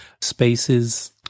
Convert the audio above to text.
spaces